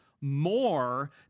more